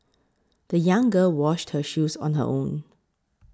the young girl washed her shoes on her own